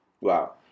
Wow